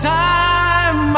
time